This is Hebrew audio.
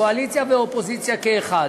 קואליציה ואופוזיציה כאחד,